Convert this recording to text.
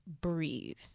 breathe